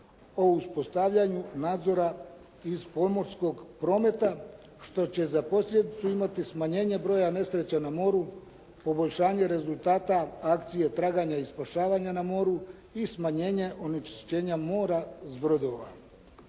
o uspostavljanju nadzora iz pomorskog prometa što će za posljedicu imati smanjenje broja nesreća na moru, poboljšanje rezultata akcije traganja i spašavanja na moru i smanjenje onečišćenja mora s brodova.